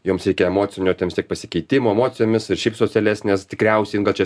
joms reikia emocinio ten vis tiek pasikeitimo emocijomis ir šiaip socialesnės tikriausiai gal čia